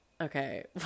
Okay